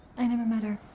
i never met her.